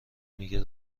میگه